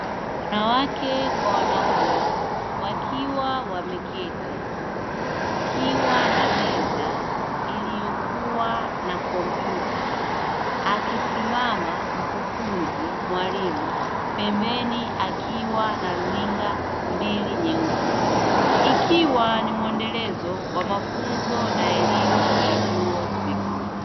Wanawake kwa wanaume wakiwa wameketi, kukiwa na meza iliyokuwa na kompyuta. Akisimama mkufunzi mwalimu, pembeni akiwa na runinga mbili nyeusi ikiwa ni muendelezo wa mafunzo na elimu ya vyuo vikuu.